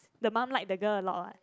the mum like the girl a lot what